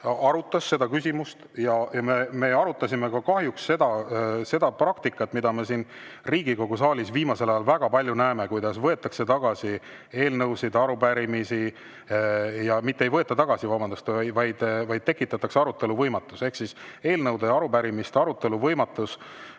arutas seda küsimust. Me arutasime ka seda praktikat, mida me siin Riigikogu saalis viimasel ajal kahjuks väga palju näeme, et võetakse tagasi eelnõusid ja arupärimisi. Või mitte ei võeta tagasi, vabandust, vaid tekitatakse arutelu võimatus – eelnõude ja arupärimiste arutelu võimatus.